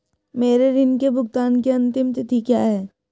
मेरे ऋण के भुगतान की अंतिम तिथि क्या है?